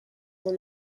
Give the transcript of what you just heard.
dans